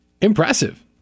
impressive